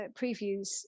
previews